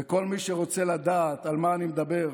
וכל מי שרוצה לדעת על מה אני מדבר,